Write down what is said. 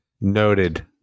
Noted